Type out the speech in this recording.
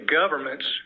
governments